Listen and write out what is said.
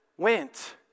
Went